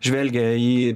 žvelgia į